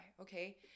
okay